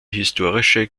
historische